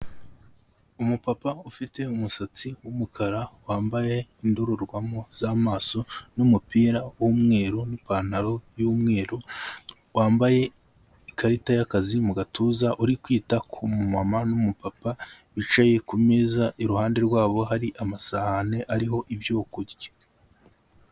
Umupapa ufite umusatsi z'umukara wambaye indorerwamo z'amaso n'umupira w'umweru n'ipantaro y'umweru wambaye ikarita y'akazi mu gatuza, uri kwita ku mu mama n'umu papa wicaye kumeza. Iruhande rw'abo hari amasahani ariho ibyo kurya.